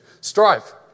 strive